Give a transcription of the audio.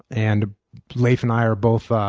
and leif and i are both ah